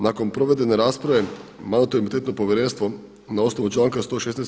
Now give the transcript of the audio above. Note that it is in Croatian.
Nakon provedene rasprave Mandatno-imunitetno povjerenstvo na osnovu članka 116.